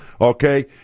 okay